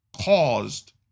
caused